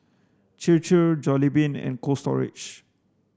Chir Chir Jollibean and Cold Storage